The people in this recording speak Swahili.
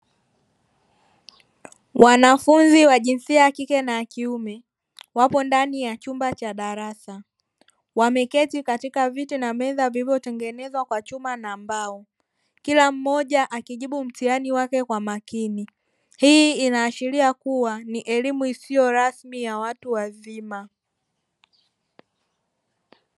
Wanafunzi wa jinsia ya kike na kiume wapo ndani ya chumba cha darasa, wameketi katika viti na meza vilivyotengenezwa kwa chuma na mbao kila mmoja akijibu mtihani wake kwa makini, hii inaashiria kuwa ni elimu isiyo rasmi ya watu wazima.